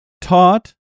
taught